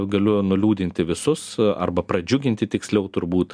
galiu nuliūdinti visus arba pradžiuginti tiksliau turbūt